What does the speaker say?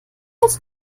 erst